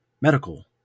medical